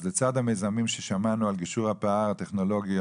אז לצד המיזמים ששמענו על גישור הפער הטכנולוגי,